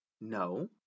No